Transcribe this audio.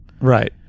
right